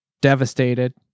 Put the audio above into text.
devastated